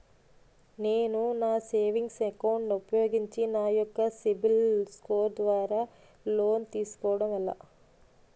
నేను నా savings account ను ఉపయోగించి నా యెక్క సిబిల్ స్కోర్ ద్వారా లోన్తీ సుకోవడం ఎలా?